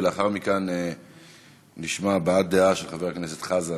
ולאחר מכן נשמע הבעת דעה של חבר הכנסת חזן,